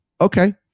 okay